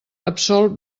absolc